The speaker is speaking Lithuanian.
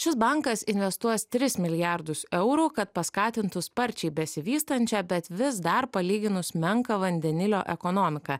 šis bankas investuos tris milijardus eurų kad paskatintų sparčiai besivystančią bet vis dar palyginus menką vandenilio ekonomiką